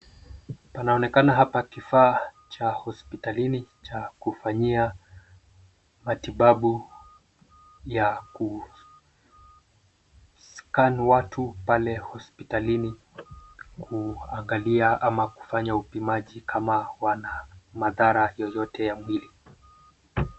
Panaonekana hapa kifaa cha hospitalini cha kufanyia matibabu ya kuscan watu pale hospitalini kuangalia ama kufanya upimaji kama wana madhara yotote ya mwili.